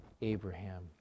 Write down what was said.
Abraham